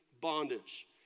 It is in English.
bondage